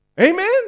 Amen